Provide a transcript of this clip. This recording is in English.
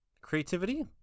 creativity